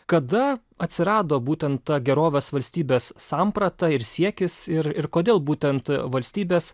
kada atsirado būtent ta gerovės valstybės samprata ir siekis ir ir kodėl būtent valstybės